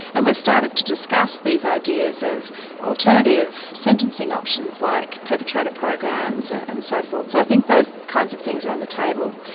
and we've started to discuss these ideas of alternative sentencing options like perpetrator programs and and so forth. so i think those kinds of things are on the table.